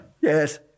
Yes